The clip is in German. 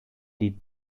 die